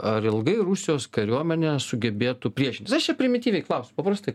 ar ilgai rusijos kariuomenė sugebėtų priešintis aš čia primityviai klausiu paprastai